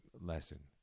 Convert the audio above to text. lesson